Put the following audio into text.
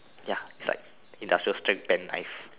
ya is like industrial strength pen knife